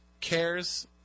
cares